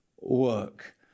work